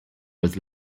was